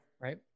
Right